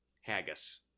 Haggis